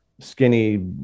skinny